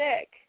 sick